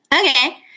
okay